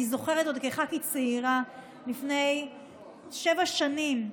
אני זוכרת עוד כח"כית צעירה, לפני שבע שנים,